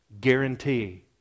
guarantee